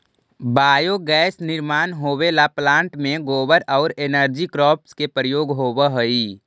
biogas निर्माण होवेला plant में गोबर औउर एनर्जी क्रॉप्स के प्रयोग होवऽ हई